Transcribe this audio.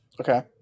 Okay